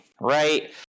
right